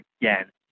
again